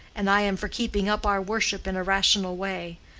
and i am for keeping up our worship in a rational way.